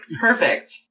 perfect